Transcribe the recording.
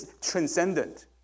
transcendent